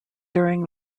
during